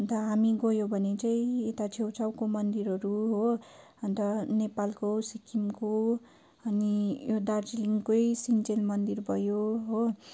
अन्त हामी गयौँ भने चाहिँ यता छेउछाउको मन्दिरहरू हो अन्त नेपालको सिक्किमको अनि दार्जिलिङकै सिङचेल मन्दिर भयो हो